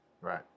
Right